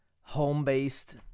home-based